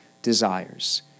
desires